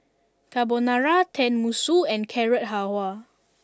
Carbonara Tenmusu and Carrot Halwa